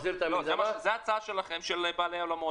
זו ההצעה של בעלי האולמות.